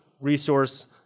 resource